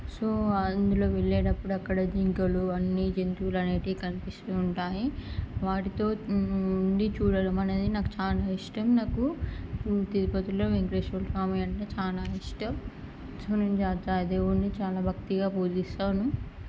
so అందులో వెళ్ళేటప్పుడు అక్కడ జింకలు అన్నీ జంతువులు అనేటివి కనిపిస్తూ ఉంటాయి వాటితో ఉండి చూడడం అనేది నాకు చాలా ఇష్టం నాకు తిరుపతిలో వెంకటేశ్వర స్వామి అంటే చాలా ఇష్టం సో నేను ఆ దేవుడిని చాలా భక్తిగా పూజిస్తాను